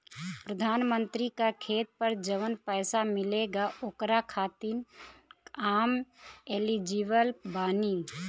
प्रधानमंत्री का खेत पर जवन पैसा मिलेगा ओकरा खातिन आम एलिजिबल बानी?